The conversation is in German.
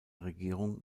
regierung